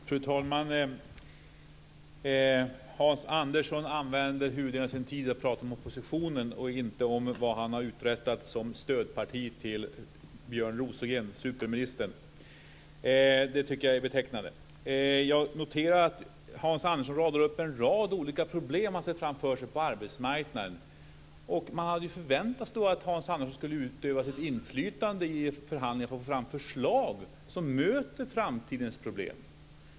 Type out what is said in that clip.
Fru talman! Hans Andersson använder huvuddelen av sin tid till att prata om oppositionen och inte om vad han i stödpartiet har uträttat med Björn Rosengren, superministern. Det är betecknande. Jag noterar att Hans Andersson radar upp flera olika problem som han ser framför sig på arbetsmarknaden. Man hade ju förväntat sig att han skulle utöva sitt inflytande i förhandlingar för att få fram förslag som möter framtidens problem.